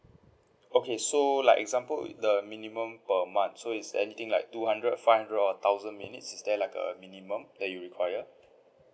okay so like example the minimum per month so it's anything like two hundred five hundred or thousand minutes is there like a minimum that you require